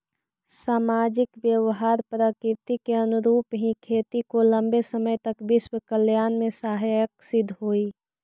सामाजिक व्यवहार प्रकृति के अनुरूप ही खेती को लंबे समय तक विश्व कल्याण में सहायक सिद्ध होई